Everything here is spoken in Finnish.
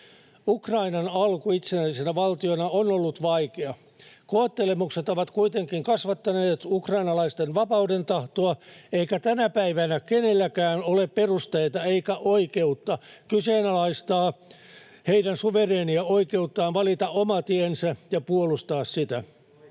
Ukrainan alku itsenäisenä valtiona on ollut vaikea. Koettelemukset ovat kuitenkin kasvattaneet ukrainalaisten vapaudentahtoa, eikä tänä päivänä kenelläkään ole perusteita eikä oikeutta kyseenalaistaa heidän suvereenia oikeuttaan valita oma tiensä ja puolustaa sitä.